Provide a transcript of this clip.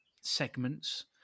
segments